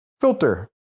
filter